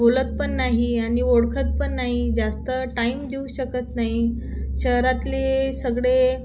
बोलत पण नाही आणि ओळखत पण नाही जास्त टाईम देऊ शकत नाही शहरातले सगळे